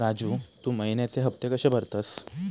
राजू, तू महिन्याचे हफ्ते कशे भरतंस?